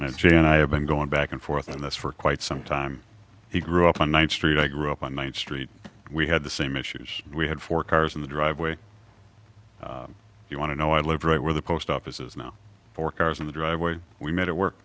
and i have been going back and forth on this for quite some time he grew up on one street i grew up on one street we had the same issues we had four cars in the driveway you want to know i live right where the post office is now four cars in the driveway we made it work